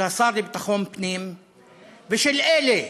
של השר לביטחון הפנים ושל אלה